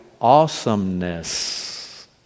awesomeness